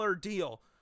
deal